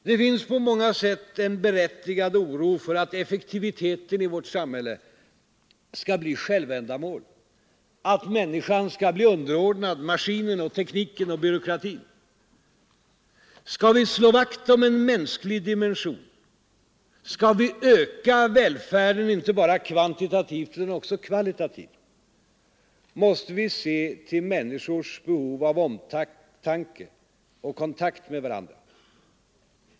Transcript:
Det finns en på många sätt berättigad oro för att effektiviteten i vårt samhälle skall bli ett självändamål, att människan skall bli underordnad maskinen, tekniken och byråkratin. Skall vi slå vakt om en mänsklig dimension, skall vi öka välfärden inte bara kvantitativt utan också kvalitativt, måste vi se till människornas behov av omtanke och kontakt med varandra.